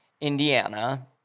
Indiana